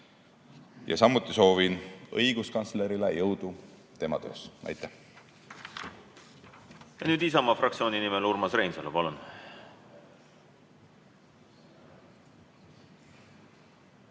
samuti soovin õiguskantslerile jõudu tema töös! Nüüd